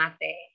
mate